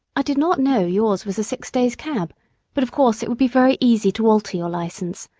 i did not know yours was a six-days' cab but of course it would be very easy to alter your license.